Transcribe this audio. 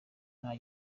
nta